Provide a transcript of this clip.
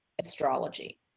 astrology